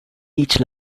each